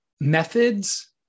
Methods